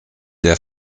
der